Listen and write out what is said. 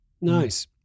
Nice